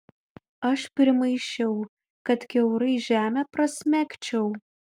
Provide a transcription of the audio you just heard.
aš primaišiau kad kiaurai žemę prasmegčiau